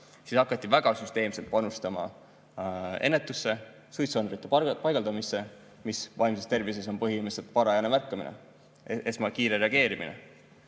nüüd hakati väga süsteemselt panustama ennetusse, suitsuandurite paigaldamisse, mis vaimses tervises on põhimõtteliselt varajane märkamine, esmane kiire reageerimine.